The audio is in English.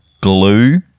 glue